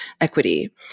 equity